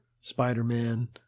Spider-Man